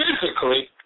physically